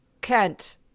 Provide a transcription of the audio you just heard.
Kent